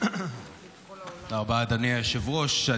אדוני היושב-ראש.